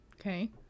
okay